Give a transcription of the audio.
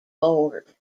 board